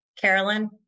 Carolyn